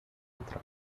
entrar